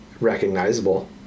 recognizable